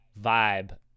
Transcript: vibe